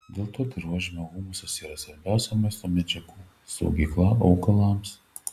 dėl to dirvožemio humusas yra svarbiausia maisto medžiagų saugykla augalams